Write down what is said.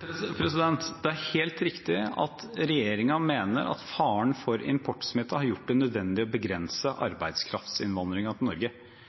Det er helt riktig at regjeringen mener at faren for importsmitte har gjort det nødvendig å begrense arbeidskraftinnvandringen til Norge.